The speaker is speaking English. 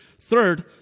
Third